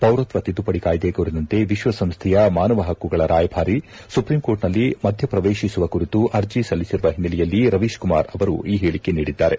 ಪೌರತ್ವ ತಿದ್ದುಪಡಿ ಕಾಯ್ದೆ ಕುರಿತಂತೆ ವಿಶ್ವಸಂಸ್ಟೆಯ ಮಾನವ ಪಕ್ಕುಗಳ ರಾಯಭಾರಿ ಸುಪ್ರೀಂಕೋರ್ಟ್ನಲ್ಲಿ ಮಧ್ಯಪ್ರವೇತಿಸುವ ಕುರಿತು ಅರ್ಜಿ ಸಲ್ಲಿಸಿರುವ ಹಿನ್ನೆಲೆಯಲ್ಲಿ ರವೀಶ್ ಕುಮಾರ್ ಅವರು ಈ ಹೇಳಿಕೆ ನೀಡಿದ್ದಾರೆ